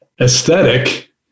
aesthetic